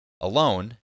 alone